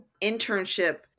internship